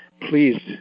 please